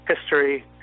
history